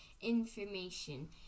information